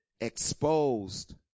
exposed